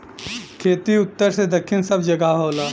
खेती उत्तर से दक्खिन सब जगह होला